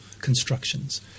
constructions